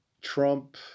Trump